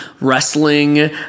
wrestling